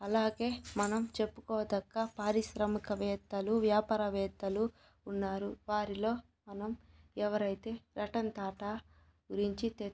అలాగే మనం చెప్పుకోదగ్గ పారిశ్రామికవేత్తలు వ్యాపారవేత్తలు ఉన్నారు వారిలో మనం ఎవరైతే రతన్ టాటా గురించి